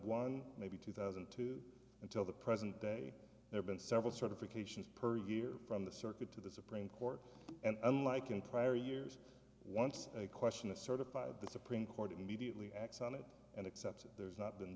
one maybe two thousand and two until the present day there been several certifications per year from the circuit to the supreme court and unlike in prior years once a question is certified the supreme court immediately acts on it and accept it there's not been